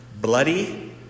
bloody